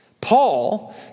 Paul